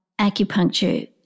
acupuncture